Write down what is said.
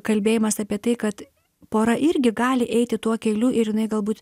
kalbėjimas apie tai kad pora irgi gali eiti tuo keliu ir jinai galbūt